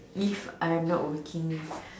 if I'm not working